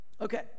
Okay